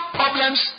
problems